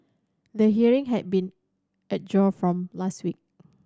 the hearing had been adjourned from last week